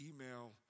email